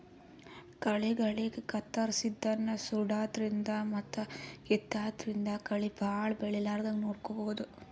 ಕಳಿಗಳಿಗ್ ಕತ್ತರ್ಸದಿನ್ದ್ ಸುಡಾದ್ರಿನ್ದ್ ಮತ್ತ್ ಕಿತ್ತಾದ್ರಿನ್ದ್ ಕಳಿ ಭಾಳ್ ಬೆಳಿಲಾರದಂಗ್ ನೋಡ್ಕೊಬಹುದ್